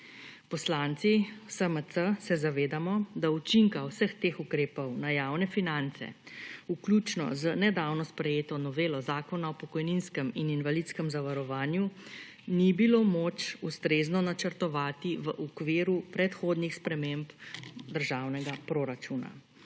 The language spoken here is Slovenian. Poslanci SMC se zavedamo, da učinka vseh teh ukrepov na javne finance, vključno z nedavno sprejeto novelo Zakona o pokojninskem in invalidskem zavarovanju, ni bilo moč ustrezno načrtovati v okviru predhodnih sprememb državnega proračuna.